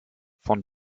von